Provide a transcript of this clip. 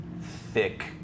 thick